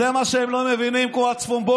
זה מה שהם לא מבינים, כל הצפונבונים.